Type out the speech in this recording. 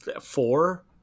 four